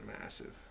massive